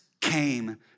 came